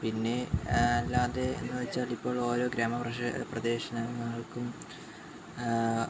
പിന്നെ അല്ലാതെ എന്നുവെച്ചാൽ ഇപ്പോൾ ഓരോ ഗ്രാമ പ്രദേശങ്ങള്ക്കും